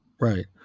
right